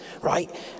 right